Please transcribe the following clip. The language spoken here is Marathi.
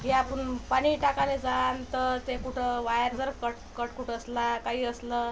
की आपण पाणी टाकाले जान् तर ते कुठं वायर जर कट कट कुठे असला काही असलं